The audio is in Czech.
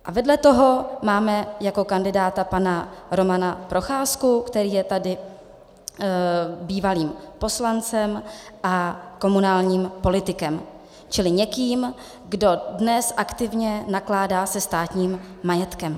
A vedle toho máme jako kandidáta pana Romana Procházku, který je bývalým poslancem a komunálním politikem, čili někým, kdo dnes aktivně nakládá se státním majetkem.